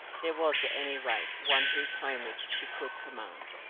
there was at any rate one whose homage she could command.